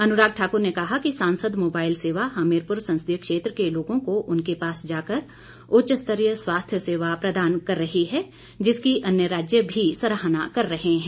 अनुराग ठाकुर ने कहा कि सांसद मोबाईल सेवा हमीरपुर संसदीय क्षेत्र के लोगों को उनके पास जाकर उच्चस्तरीय स्वास्थ्य सेवा प्रदान कर रही है जिसकी अन्य राज्य भी सराहना कर रहें हैं